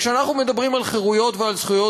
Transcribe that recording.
כשאנחנו מדברים על חירויות ועל זכויות,